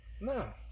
No